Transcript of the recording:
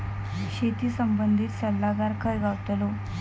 शेती संबंधित सल्लागार खय गावतलो?